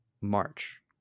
March